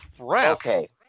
okay